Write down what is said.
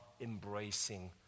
embracing